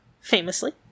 famously